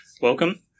Welcome